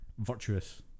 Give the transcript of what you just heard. virtuous